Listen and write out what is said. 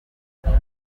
gusaba